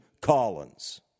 Collins